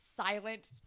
silent